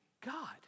god